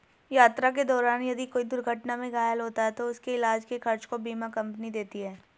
यात्रा के दौरान यदि कोई दुर्घटना में घायल होता है तो उसके इलाज के खर्च को बीमा कम्पनी देती है